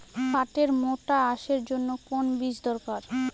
পাটের মোটা আঁশের জন্য কোন বীজ দরকার?